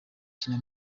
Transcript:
kina